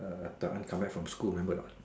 De an come back from school remember a lot